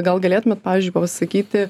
gal galėtumėt pavyzdžiui pasakyti